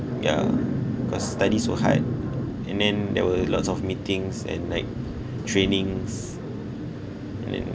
yeah cause study so hard and then there were lots of meetings and like trainings